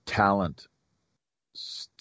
talent